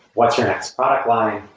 what's your next product line?